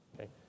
okay